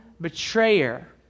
betrayer